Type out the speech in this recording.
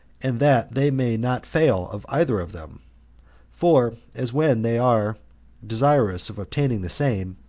and that they may not fail of either of them for as when they are desirous of obtaining the same,